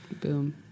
Boom